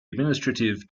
administrative